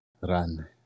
run